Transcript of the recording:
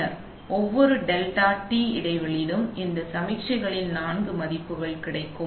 பின்னர் ஒவ்வொரு டெல்டா டி இடைவெளியிலும் இந்த சமிக்ஞைகளின் நான்கு மதிப்புகள் கிடைக்கும்